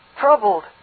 troubled